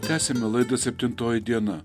tęsiame laidą septintoji diena